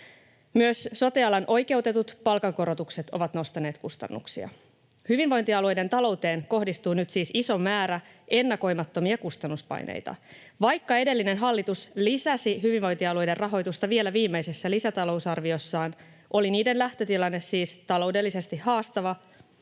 Myös sote-alan oikeutetut palkankorotukset ovat nostaneet kustannuksia. Hyvinvointialueiden talouteen kohdistuu nyt siis iso määrä ennakoimattomia kustannuspaineita. Vaikka edellinen hallitus lisäsi hyvinvointialueiden rahoitusta vielä viimeisessä lisätalousarviossaan, oli niiden lähtötilanne siis taloudellisesti haastava,